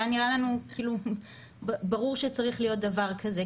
זה היה נראה לנו ברור שצריך להיות דבר כזה,